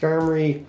Armory